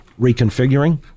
reconfiguring